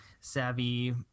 savvy